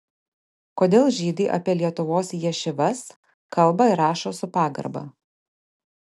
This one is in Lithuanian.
kodėl žydai apie lietuvos ješivas kalba ir rašo su pagarba